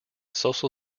social